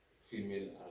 female